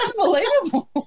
Unbelievable